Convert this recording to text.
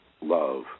love